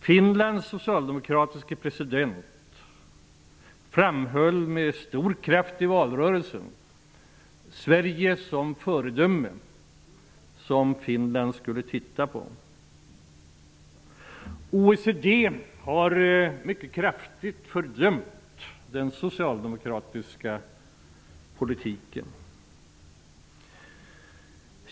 Finlands socialdemokratiska president framhöll med stor kraft i valrörelsen Sverige som ett föredöme som Finland skulle titta på. OECD har mycket kraftigt fördömt den socialdemokratiska politiken.